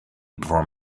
perform